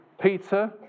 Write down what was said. Peter